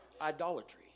idolatry